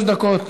שלוש דקות,